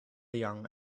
young